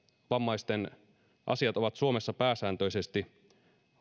vammaisten asiat ovat suomessa pääsääntöisesti